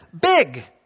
big